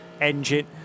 engine